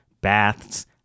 baths